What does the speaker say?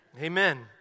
Amen